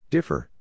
Differ